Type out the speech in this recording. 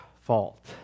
fault